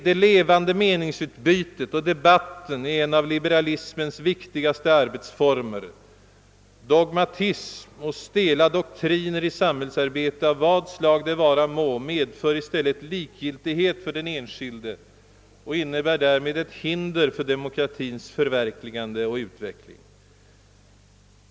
Det levande meningsutbytet och debatten är en av liberalismens viktigaste arbetsformer. Dogmatism och stela doktriner i samhällsarbete av vad slag det vara må medför i stället likgiltighet för den enskilde och innebär därmed ett hinder för demokratins förverkligande och utveckling.